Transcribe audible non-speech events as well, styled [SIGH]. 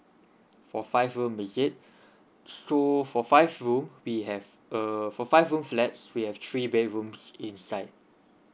for five is it [BREATH] so for five room we have err for five room flats we have three bedrooms inside